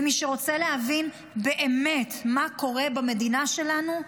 ומי שרוצה להבין באמת מה קורה במדינה שלנו,